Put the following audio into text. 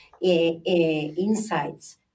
insights